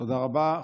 תודה רבה.